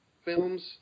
Films